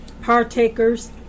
Partakers